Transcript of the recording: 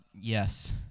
Yes